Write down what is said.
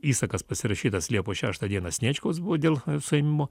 įsakas pasirašytas liepos šeštą dieną sniečkus buvo dėl suėmimo